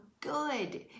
good